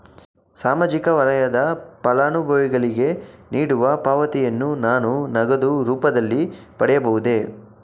ಸಾಮಾಜಿಕ ವಲಯದ ಫಲಾನುಭವಿಗಳಿಗೆ ನೀಡುವ ಪಾವತಿಯನ್ನು ನಾನು ನಗದು ರೂಪದಲ್ಲಿ ಪಡೆಯಬಹುದೇ?